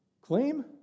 claim